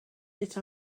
lit